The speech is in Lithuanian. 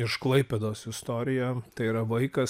iš klaipėdos istoriją tai yra vaikas